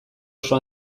oso